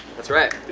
that's right.